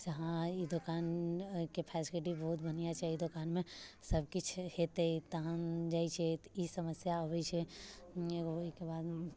से हाँ ई दोकानके फेसिलिटी बहुत बढ़िआँ छै एहि दोकानमे सभकिछु होयतै तहन जाइत छै तऽ ई समस्या अबैत छै ओइके बाद